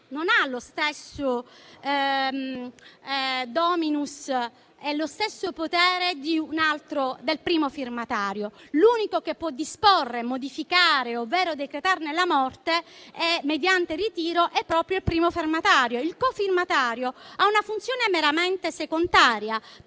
il cofirmatario non ha lo stesso potere del primo firmatario. L'unico che può disporre, modificare, ovvero decretare la morte dell'atto mediante il ritiro è proprio il primo firmatario; il cofirmatario ha una funzione meramente secondaria,